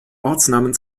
ortsnamen